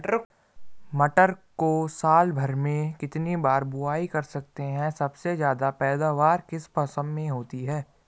मटर को साल भर में कितनी बार बुआई कर सकते हैं सबसे ज़्यादा पैदावार किस मौसम में होती है?